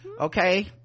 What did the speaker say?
okay